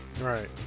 right